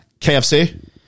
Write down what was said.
kfc